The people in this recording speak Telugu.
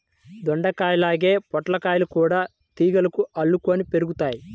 దొండకాయల్లాగే పొట్లకాయలు గూడా తీగలకు అల్లుకొని పెరుగుతయ్